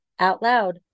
OUTLOUD